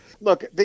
Look